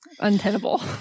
untenable